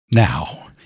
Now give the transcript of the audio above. Now